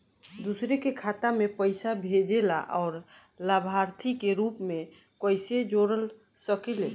दूसरे के खाता में पइसा भेजेला और लभार्थी के रूप में कइसे जोड़ सकिले?